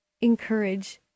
encourage